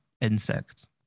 insects